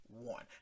one